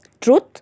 truth